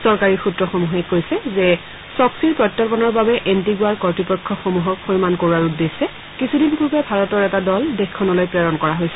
চৰকাৰী সূত্ৰসমূহে কৈছে যে চক্ছি ৰ প্ৰত্যৰ্পনৰ বাবে এণ্টিণ্ডৱাৰ কৰ্তৃপক্ষসমূহক সৈমান কৰোৱাৰ উদ্দেশ্যে কিছুদিন পূৰ্বে ভাৰতৰ এটা দল দেশখনলৈ প্ৰেৰণ কৰা হৈছিল